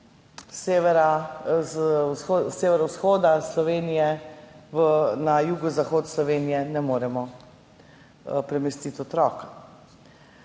s severovzhoda Slovenije na jugozahod Slovenije ne moremo premestiti otroka.